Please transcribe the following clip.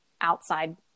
outside